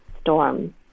storm